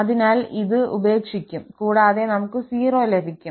അതിനാൽ ഇത് ഉപേക്ഷിക്കും കൂടാതെ നമുക് 0 ലഭിക്കും